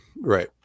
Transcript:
Right